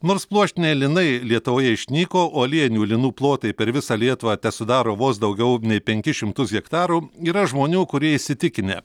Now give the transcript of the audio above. nors pluoštiniai linai lietuvoje išnyko o aliejinių linų plotai per visą lietuvą tesudaro vos daugiau nei penkis šimtus hektarų yra žmonių kurie įsitikinę